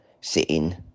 sitting